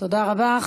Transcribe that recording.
תודה רבה.